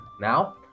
Now